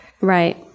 right